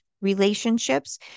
relationships